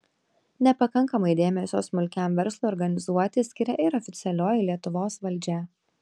nepakankamai dėmesio smulkiam verslui organizuoti skiria ir oficialioji lietuvos valdžia